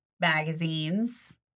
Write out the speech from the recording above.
magazines